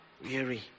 weary